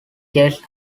guest